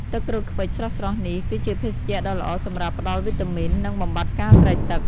ទឹកក្រូចឃ្វិចស្រស់ៗនេះ គឺជាភេសជ្ជៈដ៏ល្អសម្រាប់ផ្តល់វីតាមីន និងបំបាត់ការស្រេកទឹក។